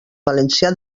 valencià